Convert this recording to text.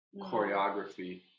choreography